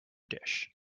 dish